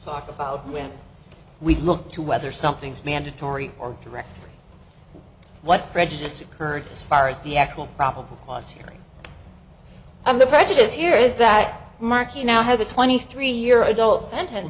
talk about when we look to whether something is mandatory or direct what prejudice occurred as far as the actual probable cause hearing i'm the prejudice here is that markey now has a twenty three year adult sent